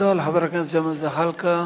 תודה לחבר הכנסת ג'מאל זחאלקה.